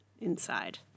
inside